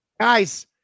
Guys